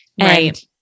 right